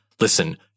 Listen